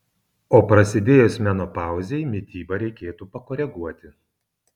o prasidėjus menopauzei mitybą reikėtų pakoreguoti